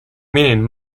meaning